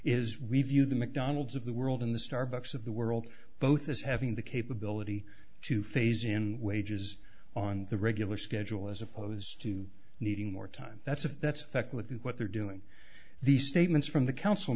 is review the mcdonald's of the world in the starbucks of the world both as having the capability to phase in wages on the regular schedule as opposed to needing more time that's if that's what they're doing the statements from the council